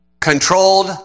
Controlled